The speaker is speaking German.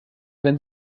wenn